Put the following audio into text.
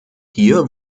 hier